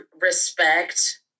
respect